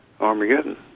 Armageddon